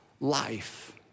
life